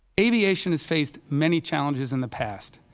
aviation has faced many challenges in the past.